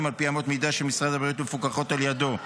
על פי אמות מידה של משרד הבריאות ומפוקחות על ידו.